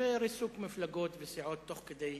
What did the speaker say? וריסוק מפלגות וסיעות תוך כדי